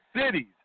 cities